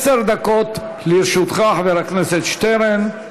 עשר דקות לרשותך, חבר הכנסת שטרן.